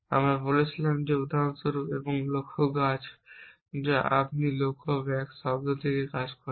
আমরা বলেছিলাম যে উদাহরণস্বরূপ এবং লক্ষ্য গাছ যা আপনি লক্ষ্য ব্যাক শব্দ থেকে কাজ করেন